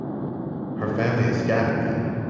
yeah but her family is scattered now.